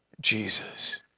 Jesus